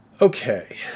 Okay